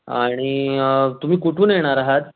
आणि तुम्ही कुठून येणार आहात